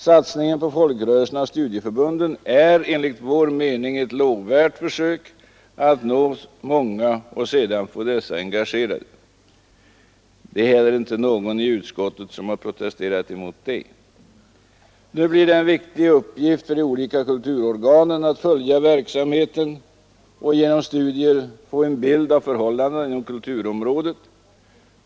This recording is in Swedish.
Satsningen på folkrörelserna och studieförbunden är enligt vår mening ett lovvärt försök att nå många och sedan få dessa engagerade. Det är heller inte någon i utskottet som har protesterat mot detta. Det blir nu en viktig uppgift för de olika kulturorganen att följa verksamheten och genom studier få en bild av förhållandena inom kulturområdet.